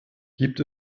gibt